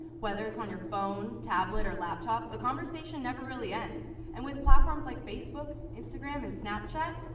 whether it's on your phone, tablet, or laptop, the conversation never really ends. and with platforms like facebook, instagram, and snapchat,